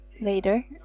later